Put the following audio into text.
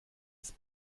ist